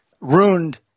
ruined